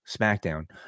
SmackDown